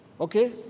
okay